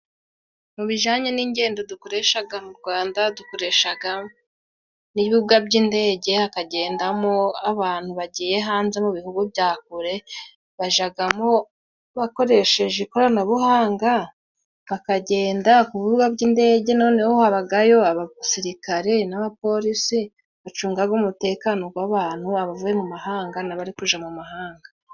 Mu bijanye n'ingendo dukoreshaga mu Rwanda, dukoreshaga n'ibibuga by'indege, hakagendamo abantu bagiye hanze mu bihugu bya kure, bajagamo bakoresheje ikoranabuhanga bakagenda. Ku bibuga by'indege noneho habagayo abasirikare n'abaporisi bacungaga umutekano gw'abantu, abavuye mu mahanga n'abari kuja mu mahanga.